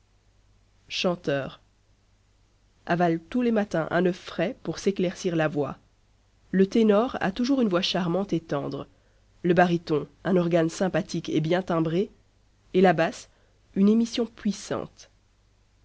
chanteur avalent tous les matins un oeuf frais pour s'éclaircir la voix le ténor a toujours une voix charmante et tendre le baryton un organe sympathique et bien timbré et la basse une émission puissante